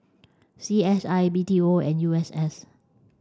C S I B T O and U S S